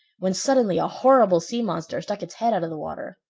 when suddenly a horrible sea monster stuck its head out of the water,